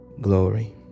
glory